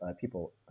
People